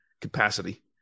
capacity